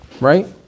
Right